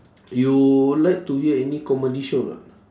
you like to hear any comedy show or not